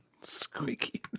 squeaky